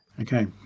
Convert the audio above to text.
Okay